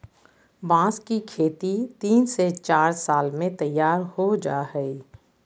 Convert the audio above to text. बांस की खेती तीन से चार साल में तैयार हो जाय हइ